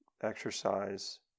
exercise